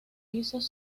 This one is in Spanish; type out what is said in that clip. pisos